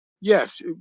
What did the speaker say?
Yes